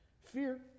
Fear